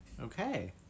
okay